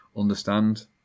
understand